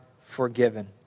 forgiven